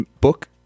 book